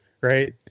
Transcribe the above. right